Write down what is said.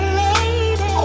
lady